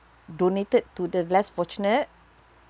donated to the less fortunate